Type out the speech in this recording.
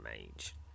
Mage